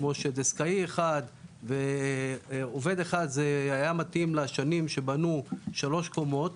כמו דסקאי אחד ועובד אחד זה היה מתאים לשנים שבנו שלוש קומות.